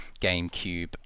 gamecube